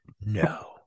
No